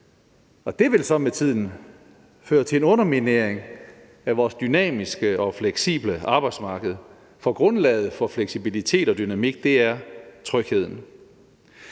det vil så med tiden føre til en underminering af vores dynamiske og fleksible arbejdsmarked, for grundlaget for fleksibilitet og dynamik er tryghed.